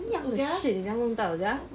what the shit 你这么样弄到的 sia